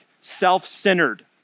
self-centered